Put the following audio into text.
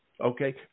okay